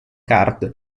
card